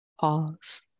Pause